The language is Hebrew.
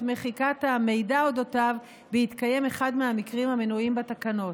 מחיקת המידע על אודותיו בהתקיים אחד מהמקרים המנויים בתקנות.